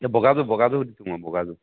এই বগাযোৰ বগাযোৰ সুধিছোঁ মই বগাযোৰ